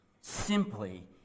simply